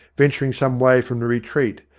venturing some way from the retreat,